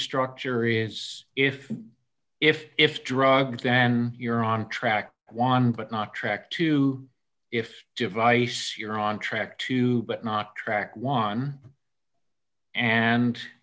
structure is if if if drugs then you're on track one but not track two if device you're on track to but not track one and